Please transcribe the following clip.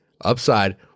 upside